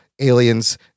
aliens